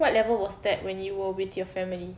what level was that when you were with your family